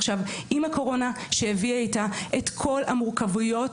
עכשיו עם הקורונה שהביאה איתה את כל המורכבויות,